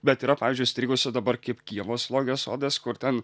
bet yra pavyzdžiui įstrigusių dabar kaip kijevo zoologijos sodas kur ten